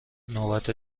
نوبت